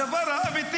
הדבר האמיתי